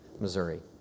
Missouri